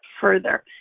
further